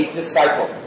disciple